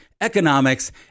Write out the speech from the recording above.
economics